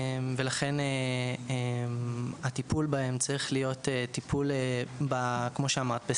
ולכן הטיפול בהם צריך להיות טיפול כמו שאמרת.